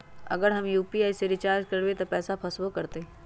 अगर हम यू.पी.आई से रिचार्ज करबै त पैसा फसबो करतई?